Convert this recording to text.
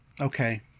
okay